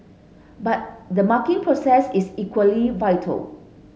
but the marking process is equally vital